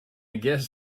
guess